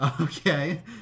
Okay